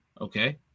okay